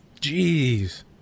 Jeez